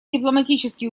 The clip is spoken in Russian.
дипломатические